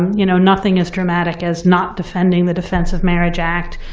you know. nothing as dramatic as not defending the defense of marriage act,